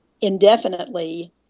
indefinitely